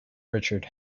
richard